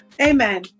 Amen